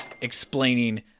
explaining